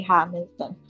Hamilton